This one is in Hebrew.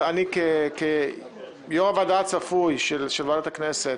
אני רוצה לציין שאני כיו"ר הוועדה הצפוי של ועדת הכנסת